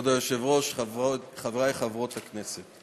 כבוד היושב-ראש, חברי וחברות הכנסת,